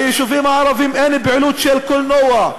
ביישובים הערביים אין פעילות של קולנוע,